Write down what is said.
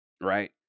right